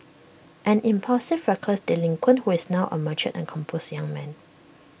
an impulsive reckless delinquent who is now A mature and composed young man